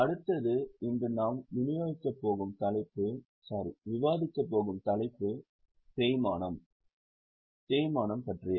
அடுத்தது இன்று நாம் விவாதிக்கப் போகும் தலைப்பு தேய்மானம் பற்றியது